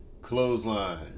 Clothesline